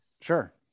sure